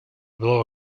blow